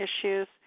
issues